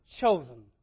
Chosen